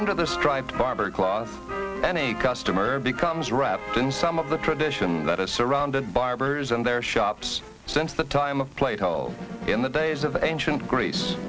under the striped barber cloth any customer becomes wrapped in some of the tradition that is surrounded by rivers and their shops since the time of plato in the days of ancient greece